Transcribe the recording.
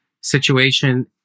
situation